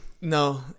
No